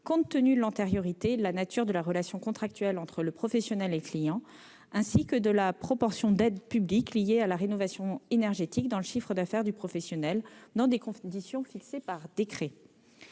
compte tenu de l'antériorité et de la nature de la relation contractuelle entre le professionnel et ses clients, ainsi que de la proportion d'aides publiques liées à la rénovation énergétique dans le chiffre d'affaires du professionnel dans des conditions fixées par décret.